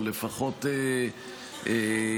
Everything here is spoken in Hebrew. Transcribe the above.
או לפחות ייתן,